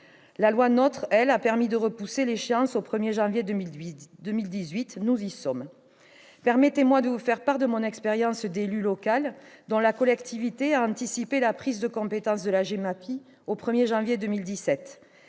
La loi NOTRe, quant à elle, a permis de repousser l'échéance au 1janvier 2018. Nous y sommes ! Permettez-moi de vous faire part de mon expérience d'élue locale dont la collectivité a anticipé le transfert de la compétence GEMAPI au 1 janvier 2017.